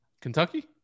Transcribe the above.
kentucky